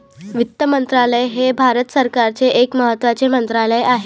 वित्त मंत्रालय हे भारत सरकारचे एक महत्त्वाचे मंत्रालय आहे